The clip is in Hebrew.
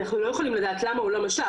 אנחנו לא יכולים למה הוא לא משך,